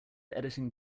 editing